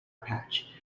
patch